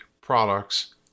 products